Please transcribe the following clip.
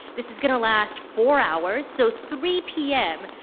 this is going to last four hours, so three p m,